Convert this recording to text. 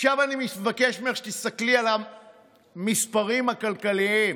עכשיו אני מבקש ממך שתסתכלי על המספרים הכלכליים,